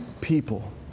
people